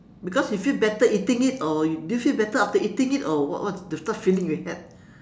because you feel better eating it or you do you feel better after eating it or what what the type feeling you had